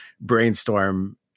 brainstorm